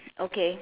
okay